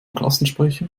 klassensprecher